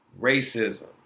racism